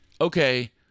okay